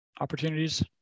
opportunities